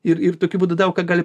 ir ir tokiu būdu daug ką gali